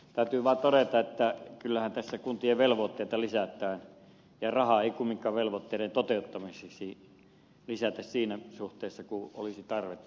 täytyy vaan todeta että kyllähän tässä kuntien velvoitteita lisätään ja rahaa ei kumminkaan velvoitteiden toteuttamiseksi lisätä siinä suhteessa kuin olisi tarvetta